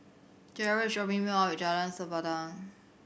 Gerald is dropping me off at Jalan Sempadan